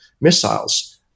missiles